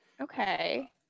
Okay